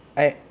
I